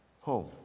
home